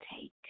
take